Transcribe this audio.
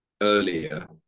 earlier